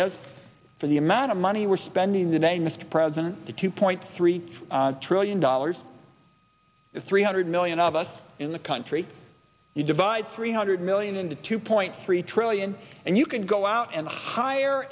is for the amount of money we're spending the night mr president the two point three trillion dollars is three hundred million of us in the country you divide three hundred million into two point three trillion and you can go out and hire